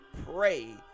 pray